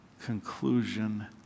conclusion